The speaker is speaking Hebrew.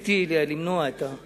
רציתי למנוע, איזה?